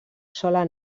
sola